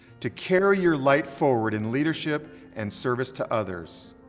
to carry your light forward in leadership and service to others.